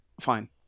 fine